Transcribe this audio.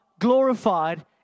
glorified